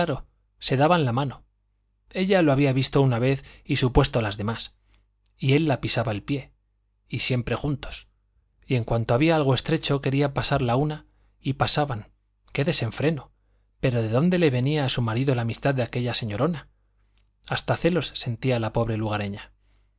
se daban la mano ella lo había visto una vez y supuesto las demás y él la pisaba el pie y siempre juntos y en cuanto había algo estrecho querían pasar a la una y pasaban qué desenfreno pero de dónde le venía a su marido la amistad de aquella señorona hasta celos sentía la noble lugareña